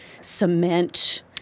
cement